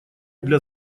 для